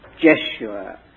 Jeshua